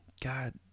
god